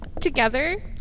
together